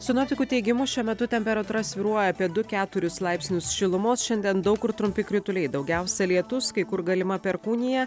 sinoptikų teigimu šiuo metu temperatūra svyruoja apie du keturis laipsnius šilumos šiandien daug kur trumpi krituliai daugiausia lietus kai kur galima perkūnija